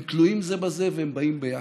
הם תלויים זה בזה, והם באים ביחד.